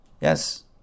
Yes